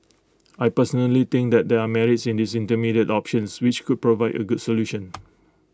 I personally think that there are merits in these intermediate options which could provide A good solution